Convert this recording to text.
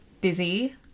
Busy